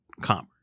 commerce